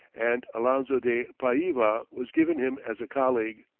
and alonzo de paiva was given him as a colleague.